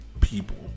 people